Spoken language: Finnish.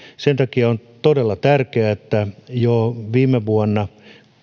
sen takia on todella tärkeää että jo viime vuonna